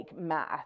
math